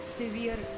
severe